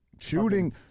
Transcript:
Shooting